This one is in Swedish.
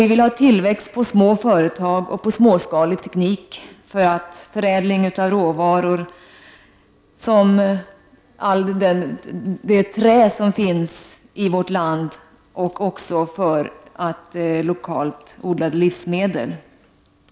Vi vill ha tillväxt på små företag och småskalig teknik, bl.a. för förädling av allt det trä som finns i vårt land och för lokalt odlade livsmedel.